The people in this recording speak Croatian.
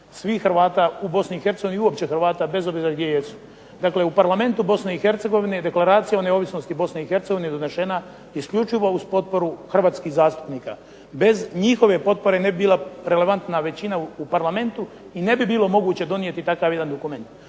i Hercegovini i uopće Hrvata bez obzira gdje jesu. Dakle, u Parlamentu Bosne i Hercegovine deklaracija o neovisnosti Bosne i Hercegovine je donešena isključivo uz potporu hrvatskih zastupnika. Bez njihove potpore ne bi bila relevantna većina u parlamentu i ne bi bilo moguće donijeti takav jedan dokument.